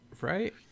Right